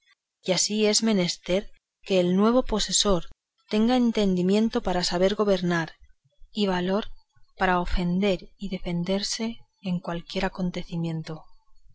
y así es menester que el nuevo posesor tenga entendimiento para saberse gobernar y valor para ofender y defenderse en cualquiera acontecimiento